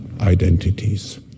Identities